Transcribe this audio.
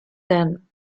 then